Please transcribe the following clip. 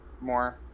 more